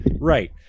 right